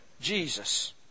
Jesus